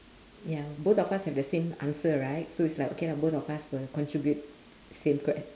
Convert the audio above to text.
ya both of us have the same answer right so is like okay lah both of us will contribute same que~